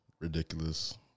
ridiculous